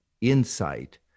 insight